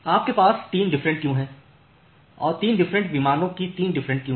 आपके पास 3 different queue हैं और 3 डिफरेंट विमानों की 3 डिफरेंट क्यू हैं